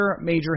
major